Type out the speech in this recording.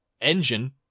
engine